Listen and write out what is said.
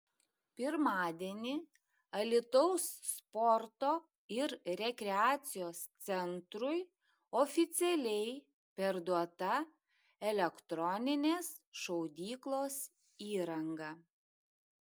pirmadienį alytaus sporto ir rekreacijos centrui oficialiai perduota elektroninės šaudyklos įranga